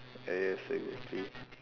yes exactly